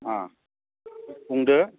मा बुंदो